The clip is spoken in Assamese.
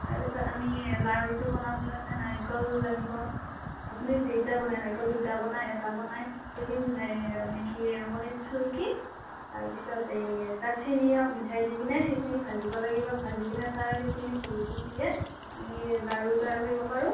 তাৰপিছত আমি লাৰুটো বনাবলৈ নাৰিকল লাগিব আপুনি যেইটা বনায় নাৰিকল দুটা বনায় এটা বনায় সেইখিনি নাৰি মানে কি ৰুকনিত চুৰুকি তাৰপিছত এই তাত চেনি হওক মিঠৈ দি কেনে সেইখিনি ভাজিব লাগিব ভাজি কিনে তাৰ সেইখিনি হেৰিখিনি দিয়ে আমি লাৰু তৈয়াৰ কৰিব পাৰোঁ